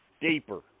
deeper